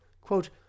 Quote